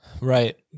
Right